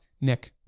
Nick